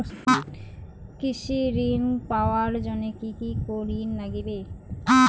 কৃষি ঋণ পাবার জন্যে কি কি করির নাগিবে?